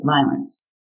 violence